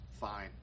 fine